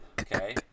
Okay